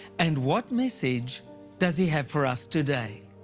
and what message does he have for us today?